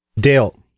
Dale